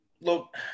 look